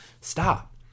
Stop